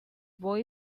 boy